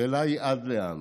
השאלה היא עד לאן,